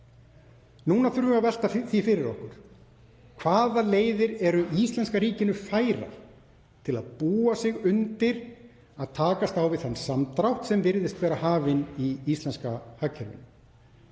Nú þurfum við að velta því fyrir okkur hvaða leiðir eru íslenska ríkinu færar til að búa sig undir að takast á við þann samdrátt sem virðist vera hafinn í íslenska hagkerfinu.